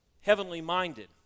heavenly-minded